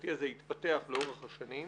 המשפטי הזה התפתח לאורך השנים.